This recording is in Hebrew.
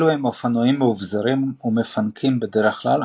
אלו הם אופנועים מאובזרים ומפנקים בדרך כלל,